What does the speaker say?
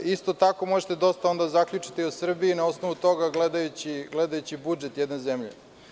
Isto tako, možete dosta onda da zaključite o Srbiji, na osnovu toga gledajući budžet jedne zelje.